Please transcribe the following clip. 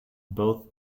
both